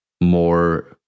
more